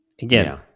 again